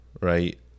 right